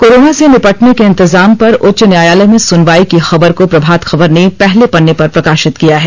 corona से निपटने के इंतजाम पर उच्च न्यायालय में सुनवाई की खबर को प्रभात खबर ने पहले पन्ने पर प्रकाशित किया है